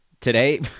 Today